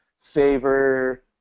favor